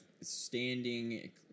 standing